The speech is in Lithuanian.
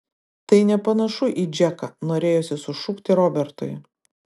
tai nepanašu į džeką norėjosi sušukti robertui